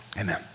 Amen